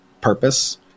purpose